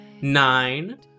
nine